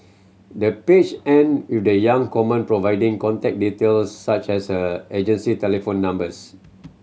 the page end with the young common providing contact details such as her agency telephone numbers